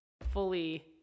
fully